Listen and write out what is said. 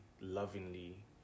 lovingly